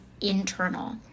internal